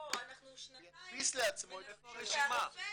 אנחנו שנתיים מנסים מהרופא,